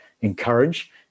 encourage